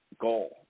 goal